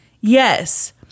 Yes